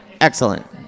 Excellent